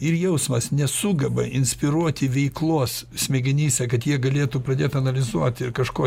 ir jausmas nesugeba inspiruoti veiklos smegenyse kad jie galėtų pradėt analizuot ir kažko